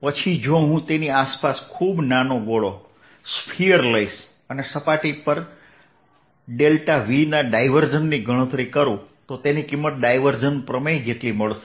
પછી જો હું તેની આસપાસ ખૂબ નાનો ગોળો લઈશ અને સપાટી પર ∇ V ના ડાયવર્જન્સની ગણતરી કરું તો તેની કિંમત ડાયવર્જન્સ પ્રમેય જેટલી બનશે